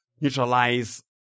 neutralize